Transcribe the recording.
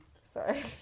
Sorry